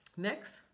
Next